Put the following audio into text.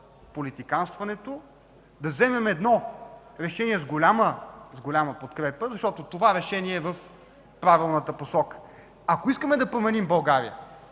политиканстването, да вземем едно решение с голяма подкрепа, защото това решение е в правилната посока. Ако искаме да променим България,